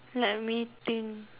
let me think